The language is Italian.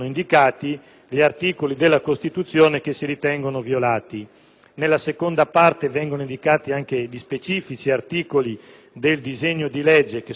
Nella seconda parte vengono indicati anche gli articoli specifici del disegno di legge che, secondo i medesimi criteri, si ritengono contestabili;